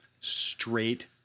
straight